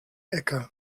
ecke